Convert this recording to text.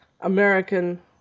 American